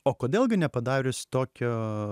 o kodėl gi nepadarius tokio